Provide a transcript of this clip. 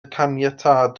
caniatâd